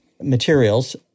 materials